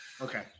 Okay